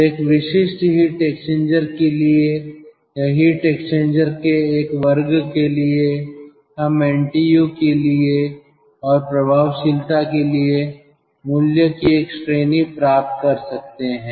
तो एक विशिष्ट हीट एक्सचेंजर के लिए या हीट एक्सचेंजर के एक वर्ग के लिए हम एनटीयू के लिए और प्रभावशीलता के लिए मूल्य की एक श्रेणी प्राप्त कर सकते हैं